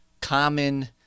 common